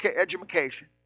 education